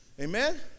Amen